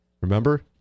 Remember